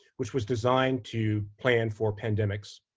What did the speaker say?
which was designed to plan for pandemics.